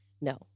No